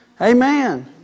Amen